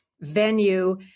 venue